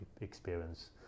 experience